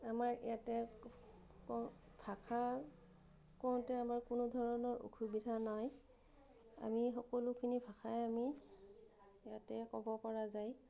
আমাৰ ইয়াতে ভাষা কওঁতে আমাৰ কোনো ধৰণৰ অসুবিধা নাই আমি সকলোখিনি ভাষাই আমি ইয়াতে ক'ব পৰা যায়